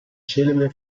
celebre